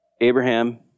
Abraham